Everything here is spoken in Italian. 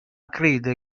crede